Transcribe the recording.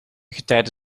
getijden